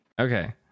okay